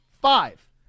Five